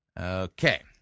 Okay